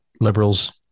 liberals